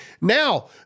Now